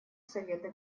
совета